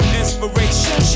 inspiration